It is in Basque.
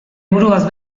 buruaz